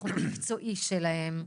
בתחום המקצועי שלהם.